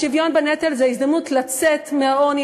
השוויון בנטל זה ההזדמנות לצאת מהעוני,